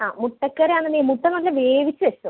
ആ മുട്ടക്കറിയാണെങ്കിൽ മുട്ട നല്ല വേവിച്ചെടുത്തോ